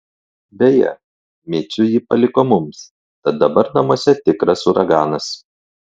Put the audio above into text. beje micių ji paliko mums tad dabar namuose tikras uraganas